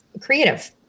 creative